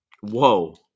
Whoa